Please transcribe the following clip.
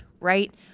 right